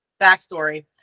Backstory